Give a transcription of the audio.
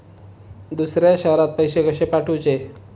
दुसऱ्या शहरात पैसे कसे पाठवूचे?